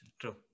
True